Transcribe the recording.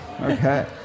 Okay